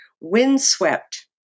windswept